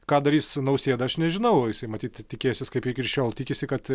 ką darys nausėda aš nežinau jisai matyt tikėsis kaip ir iki šiol tikisi kad